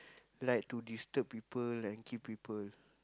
like to disturb people and kill people